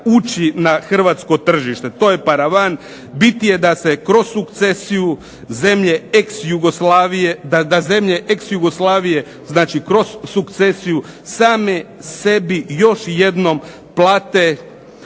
ući na hrvatsko tržište, to je paravan. Bit je da se kroz sukcesiju zemlje ex-Jugoslavije, da zemlje ex-Jugoslavije znači kroz sukcesiju same sebi još jednom plate